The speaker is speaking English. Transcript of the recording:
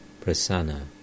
Prasanna